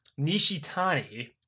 Nishitani